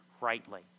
rightly